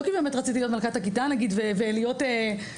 לא כי באמת רציתי להיות מלכת הכיתה ולהיות משהו,